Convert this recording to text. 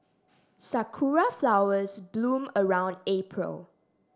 sakura flowers bloom around April